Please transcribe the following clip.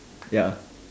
ya